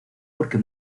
porque